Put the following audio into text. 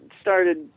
started